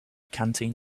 canteen